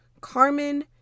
Carmen